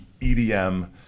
edm